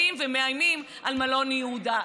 באים ומאיימים על מלון יהודה.